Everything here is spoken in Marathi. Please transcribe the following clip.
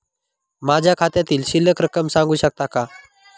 माझ्या खात्यातील शिल्लक रक्कम सांगू शकता का?